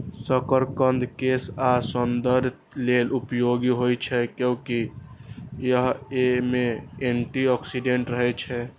शकरकंद केश आ सौंदर्य लेल उपयोगी होइ छै, कियैकि अय मे एंटी ऑक्सीडेंट रहै छै